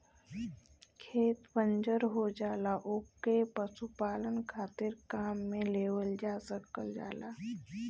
खेत बंजर हो जाला ओके पशुपालन खातिर काम में लेवल जा सकल जाला